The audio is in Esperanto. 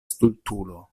stultulo